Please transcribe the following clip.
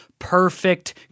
Perfect